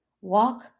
Walk